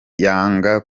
yanga